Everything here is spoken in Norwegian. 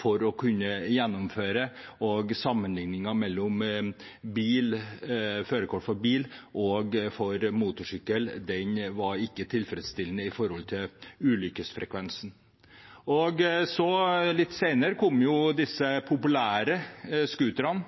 for å kunne kjøre motorsykkel, og sammenligningen mellom førerkort for bil og for motorsykkel var ikke tilfredsstillende med hensyn til ulykkesfrekvensen. Litt senere kom de populære scooterne,